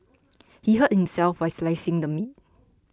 he hurt himself while slicing the meat